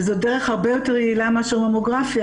וזו דרך הרבה יותר יעילה מאשר ממוגרפיה.